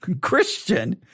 Christian